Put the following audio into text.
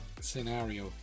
scenario